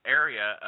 area